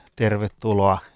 tervetuloa